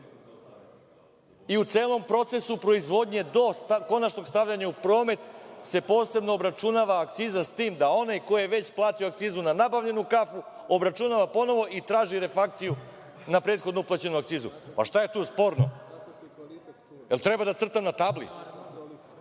i u celom procesu proizvodnje do konačnog stavljanja u promet se posebno obračunava akciza, s tim da onaj ko je već platio akcizu na nabavljenu kafu obračunava ponovo i traži refakciju na prethodno uplaćenu akcizu. Šta je tu sporno? Jel treba da crtam na tabli?